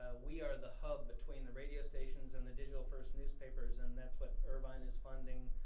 ah we are the hub between the radio stations and the digital first newspapers and that's what irvine is funding,